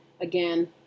again